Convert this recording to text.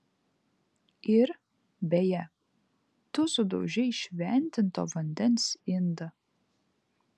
ir beje tu sudaužei šventinto vandens indą